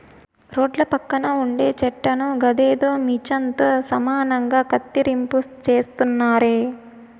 రోడ్ల పక్కన ఉండే చెట్లను గదేదో మిచన్ తో సమానంగా కత్తిరింపు చేస్తున్నారే